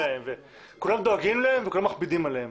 כולם דואגים להם וכולם מכבידים עליהם.